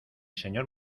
señor